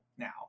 now